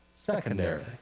Secondary